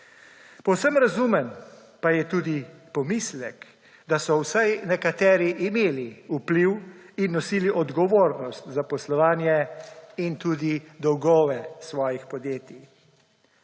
Povsem razumen pa je tudi pomislek, da so vsaj nekateri imeli vpliv in nosili odgovornost za poslovanje in tudi dolgove svojih podjetij.